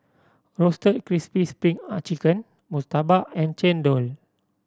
Roasted Crispy spring are chicken murtabak and chendol